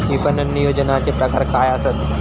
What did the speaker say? विपणन नियोजनाचे प्रकार काय आसत?